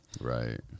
Right